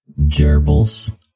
Gerbils